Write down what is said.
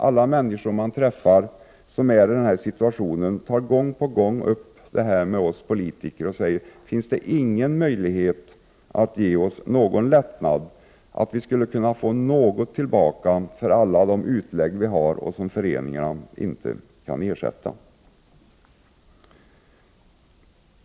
Alla människor som man träffar och som befinner sig i den här situationen frågar gång på gång oss politiker: Finns det inga möjligheter att ge oss någon lättnad, skall vi inte kunna få något tillbaka av alla de utlägg som vi gör och som vår förening inte kan ersätta?